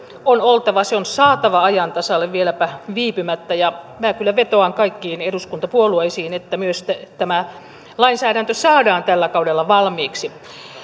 on oltava ja se on saatava ajan tasalle vieläpä viipymättä minä kyllä vetoan kaikkiin eduskuntapuolueisiin että myös tämä lainsäädäntö saadaan tällä kaudella valmiiksi